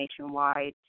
nationwide